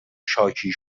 شاکی